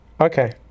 Okay